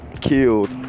killed